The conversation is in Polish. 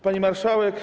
Pani Marszałek!